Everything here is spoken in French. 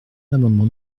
l’amendement